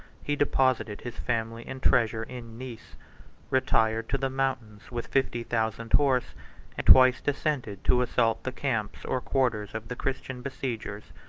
he deposited his family and treasure in nice retired to the mountains with fifty thousand horse and twice descended to assault the camps or quarters of the christian besiegers,